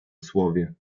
słowie